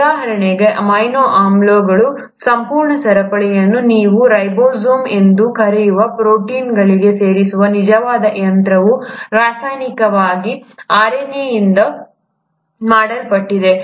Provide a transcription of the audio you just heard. ಉದಾಹರಣೆಗೆ ಅಮೈನೋ ಆಮ್ಲಗಳ ಸಂಪೂರ್ಣ ಸರಪಳಿಯನ್ನು ನೀವು ರೈಬೋಸೋಮ್ಗಳು ಎಂದು ಕರೆಯುವ ಪ್ರೋಟೀನ್ಗೆ ಸೇರಿಸುವ ನಿಜವಾದ ಯಂತ್ರವು ರಾಸಾಯನಿಕವಾಗಿ RNA ಯಿಂದ ಮಾಡಲ್ಪಟ್ಟಿದೆ